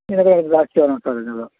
இன்னும் கொஞ்சம் ஜாஸ்தியாக வரும் சார் இதெல்லாம்